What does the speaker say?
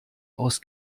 aus